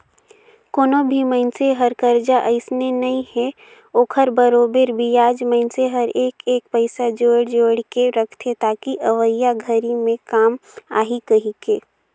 कोनो भी मइनसे हर करजा अइसने नइ हे ओखर बरोबर बियाज मइनसे हर एक एक पइसा जोयड़ जोयड़ के रखथे ताकि अवइया घरी मे काम आही कहीके